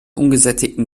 ungesättigten